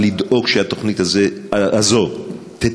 לדאוג שהתוכנית הזאת תתוקצב,